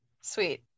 Sweet